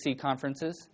conferences